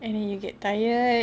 and you get tired